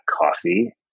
coffee